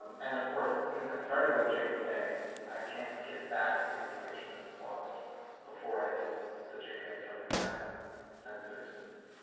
and of course since i started with a jpeg, i can't get back the information that was lost before i did the jpeg from the camera sensors.